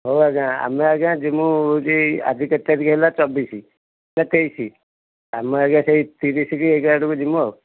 ହଉ ଆଜ୍ଞା ଆମେ ଆଜ୍ଞା ଯିବୁ ହେଉଛି ଆଜି କେତେ ତାରିଖ ହେଲା ଚବିଶି ନା ତେଇଶି ଆମେ ଆଜ୍ଞା ସେହି ତିରିଶି କି ଏକ ଆଡ଼କୁ ଯିବୁ ଆଉ